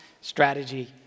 strategy